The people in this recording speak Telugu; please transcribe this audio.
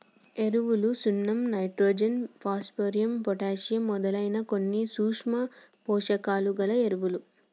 ఎరువులు సున్నం నైట్రోజన్, భాస్వరం, పొటాషియమ్ మొదలైనవి కొన్ని సూక్ష్మ పోషకాలు గల ఎరువులు